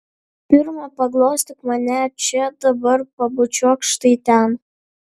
pirma paglostyk mane čia dabar pabučiuok štai ten